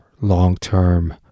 long-term